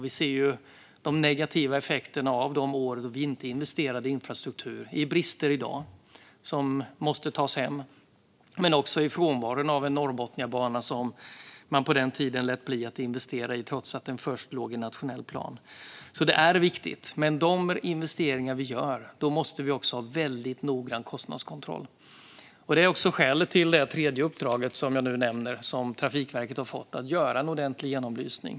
Vi ser nu de negativa effekterna av de år då det inte investerades i infrastruktur. Det ger brister i dag som måste tas hem. Det visar sig också i frånvaron av en norrbotniabana, som man på den tiden lät bli att investera i trots att den först låg i nationell plan. Investeringar är viktiga, men vi måste ha noggrann kostnadskontroll. Det är skälet till det tredje uppdraget till Trafikverket: att göra en ordentlig genomlysning.